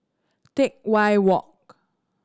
Teck Whye Walk